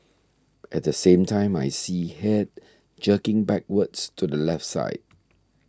at the same time I see head jerking backwards to the left side